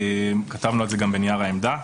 כתבנו על זה גם בנייר העמדה.